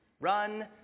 run